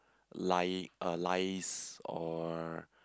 lying uh lies or